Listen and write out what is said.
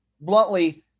bluntly